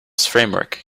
framework